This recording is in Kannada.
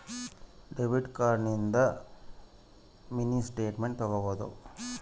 ಡೆಬಿಟ್ ಕಾರ್ಡ್ ಲಿಸಿಂದ ಮಿನಿ ಸ್ಟೇಟ್ಮೆಂಟ್ ತಕ್ಕೊಬೊದು